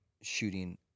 shooting